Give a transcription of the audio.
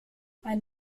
ein